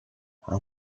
how